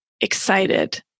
excited